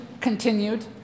continued